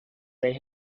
they